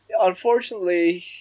Unfortunately –